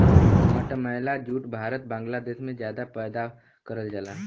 मटमैला जूट भारत बांग्लादेश में जादा पैदा करल जाला